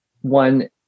one